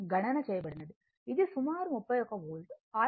గణన చేయబడినది ఇది సుమారు 31 వోల్ట్ 𝞪 tan 15